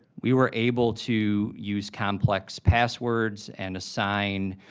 we were able to use complex passwords and assign